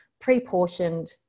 pre-portioned